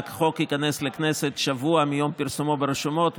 והחוק ייכנס לתוקף שבוע מיום פרסומו ברשומות.